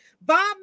Bob